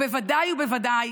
בוודאי ובוודאי